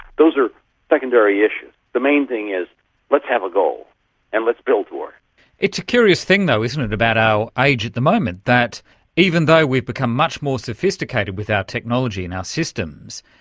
those are secondary issues. the main thing is let's have a goal and let's build toward it. it's a curious thing though, isn't it, about our age at the moment, that even though we've become much more sophisticated with our technology and our systems,